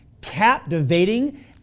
captivating